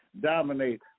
dominate